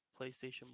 PlayStation